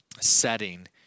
setting